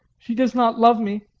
she does not love me.